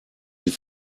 sie